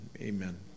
Amen